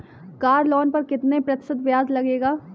Car loan पर कितने प्रतिशत ब्याज लगेगा?